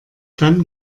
dann